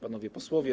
Panowie Posłowie!